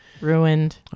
Ruined